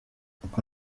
uko